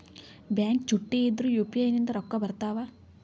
Bank ಚುಟ್ಟಿ ಇದ್ರೂ UPI ನಿಂದ ರೊಕ್ಕ ಬರ್ತಾವಾ?